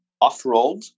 off-road